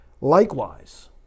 Likewise